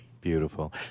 Beautiful